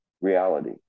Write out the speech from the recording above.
reality